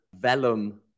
vellum